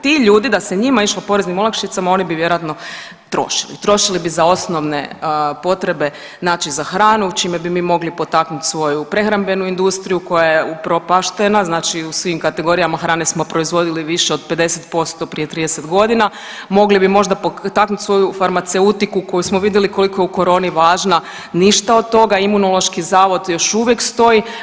Ti ljudi sa se njima išlo poreznim olakšicama oni vi vjerojatno trošili, trošili bi za osnovne potrebe, za hranu čime bi mogli potaknuti svoju prehrambenu industriju koja je upropaštena u svim kategorijama hrane smo proizvodili više od 50% prije 30 godina, mogli bi možda potaknuti svoju farmaceutiku koju smo vidjeli koliko je u koroni važna ništa od toga, Imunološki zavod još uvijek stoji.